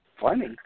funny